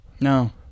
No